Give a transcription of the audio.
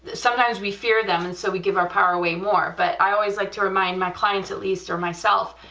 sometimes we fear them and so we give our power away more, but i always like to remind my clients at least or myself,